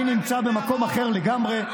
אני נמצא במקום אחר לגמרי.